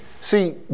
see